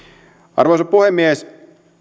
arvoisa puhemies